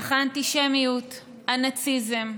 אך האנטישמיות, הנאציזם,